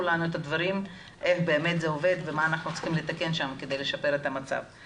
לנו איך זה עובד ומה צריך לתקן כדי לשנות את המצב.